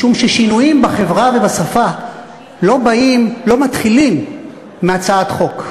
משום ששינויים בחברה ובשפה לא מתחילים מהצעת חוק.